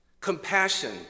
compassion